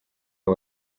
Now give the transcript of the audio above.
abo